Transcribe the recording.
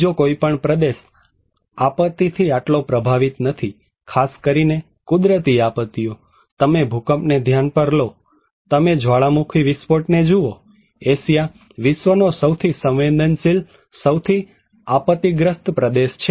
બીજો કોઈ પણ પ્રદેશ આપત્તિથી આટલો પ્રભાવિત નથી ખાસ કરીને કુદરતી આપત્તિઓ તમે ભૂકંપ ને ધ્યાન પર નો તમે જ્વાળામુખી વિસ્ફોટને જુઓ પૂર એશિયા વિશ્વનો સૌથી સંવેદનશીલ સૌથી આપત્તિગ્રસ્ત પ્રદેશ છે